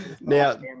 Now